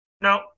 No